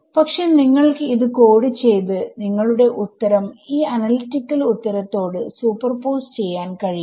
പക്ഷെ നിങ്ങൾക്ക് ഇത് കോഡ് ചെയ്ത് നിങ്ങളുടെ ഉത്തരം ഈ അനലിറ്റിക്കൽ ഉത്തരത്തോട് സൂപ്പർപോസ് ചെയ്യാൻ കഴിയും